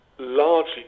largely